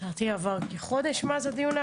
לדעתי עבר כחודש מאז הדיון האחרון.